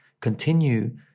continue